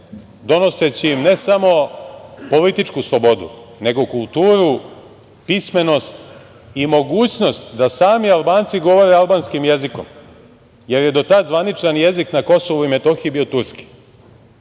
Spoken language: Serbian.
donoseći im ne samo političku slobodu, nego kulturu, pismenost i mogućnost da sami Albanci govore albanskim jezikom, jer je do tad zvaničan jezik na Kosovu i Metohiji bio Turski.